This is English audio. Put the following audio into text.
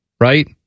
right